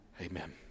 Amen